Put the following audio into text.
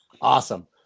Awesome